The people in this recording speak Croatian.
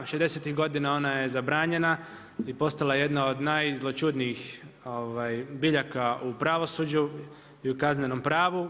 Šezdesetih godina ona je zabranjena i postala je jedna od najzloćudnijih biljaka u pravosuđu i u kaznenom pravu.